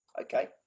Okay